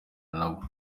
nabo